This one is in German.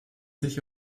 sich